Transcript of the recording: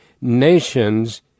nations